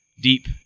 deep